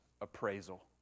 appraisal